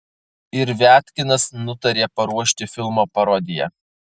ir viatkinas nutarė paruošti filmo parodiją